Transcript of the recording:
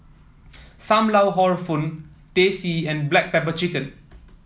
Sam Lau Hor Fun Teh C and Black Pepper Chicken